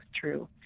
true